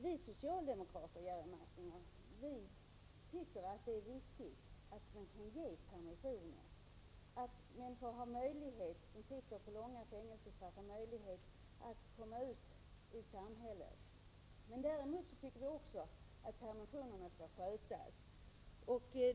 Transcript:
Vi socialdemokrater tycker, Jerry Martinger, att det är viktigt att man kan ge permissioner, att människor som har långa fängelsestraff får möjlighet att komma ut i samhället. Men vi tycker att permissionerna också skall skötas.